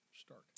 start